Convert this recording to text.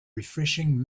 refreshing